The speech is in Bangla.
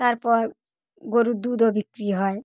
তারপর গরুর দুধও বিক্রি হয়